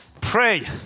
pray